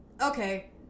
okay